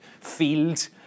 field